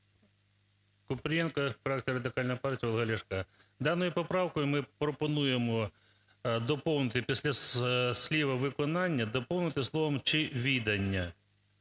Купрієнко, фракція Радикальної партії Олега Ляшка. Даною поправкою ми пропонуємо доповнити після слова "виконання" доповнити словом "чи відання".